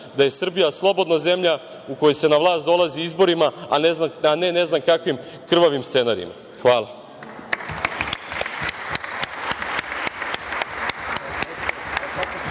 da je Srbija slobodna zemlja u kojoj se na vlast dolazi izborima, a ne ne znam kakvim krvavim scenarijima. Hvala.